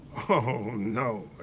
oh, no.